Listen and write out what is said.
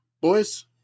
Boys